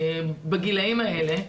בגילאים האלה,